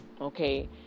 okay